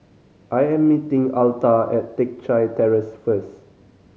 I am meeting Altha at Teck Chye Terrace first